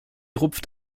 rupft